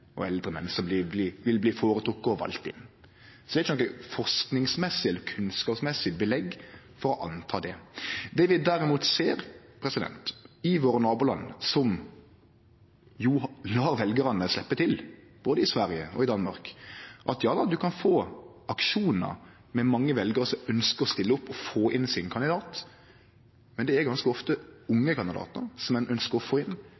og eldre menn – som vil bli føretrekte og valde inn. Så det er ikkje noko forskingsmessig eller kunnskapsmessig belegg for å anta det. Det vi derimot ser i våre naboland – både i Sverige og i Danmark – som lèt veljarane sleppe til, er at ein kan få aksjonar med mange veljarar som ønskjer å stille opp og få inn sin kandidat, men det er ganske ofte unge kandidatar som ein ønskjer å få inn,